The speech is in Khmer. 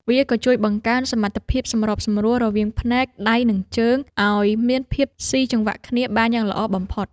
វាក៏ជួយបង្កើនសមត្ថភាពសម្របសម្រួលរវាងភ្នែក ដៃ និងជើង ឱ្យមានភាពស៊ីចង្វាក់គ្នាបានយ៉ាងល្អបំផុត។